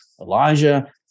Elijah